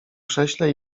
krześle